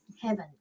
heaven